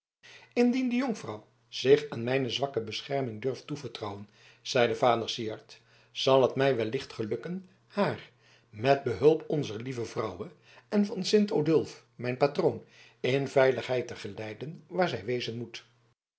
indien de jonkvrouw zich aan mijne zwakke bescherming durft toevertrouwen zeide vader syard zal het mij wellicht gelukken haar met behulp onzer lieve vrouwe en van sint odulf mijn patroon in veiligheid te geleiden waar zij wezen moet